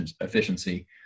efficiency